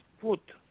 put